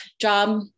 job